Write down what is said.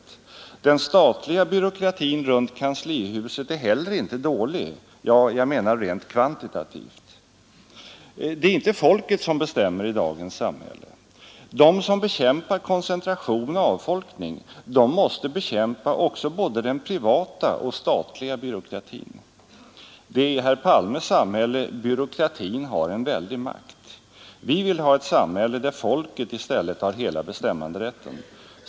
Den statliga byråkratin runt kanslihuset är heller inte dålig — jag menar rent kvantitativt. Det är inte folket som bestämmer i dagens samhälle. De som bekämpar koncentration och avfolkning måste bekämpa också både den privata och den statliga byråkratin. Det är i herr Palmes samhälle byråkratin har en väldig makt. Vi vill ha ett samhälle där folket i stället har hela bestämmanderätten.